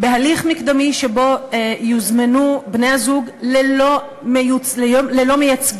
בהליך מקדמי שבו יוזמנו בני-הזוג ללא מייצגים,